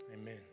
Amen